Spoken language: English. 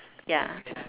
ya